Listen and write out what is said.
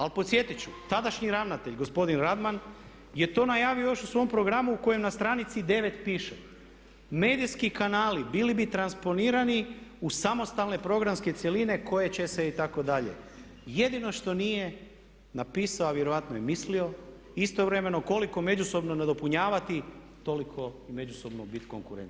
Ali podsjetit ću tadašnji ravnatelj gospodin Radman je to najavio još u svom programu u kojem na stranici 9 piše medijski kanali bili bi transponirani u samostalne programske cjeline koje će se itd. jedino što nije napisao a vjerojatno je mislio istovremeno koliko međusobno nadopunjavati toliko i međusobno biti konkurencija.